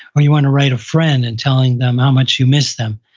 or you want to write a friend and telling them how much you miss them.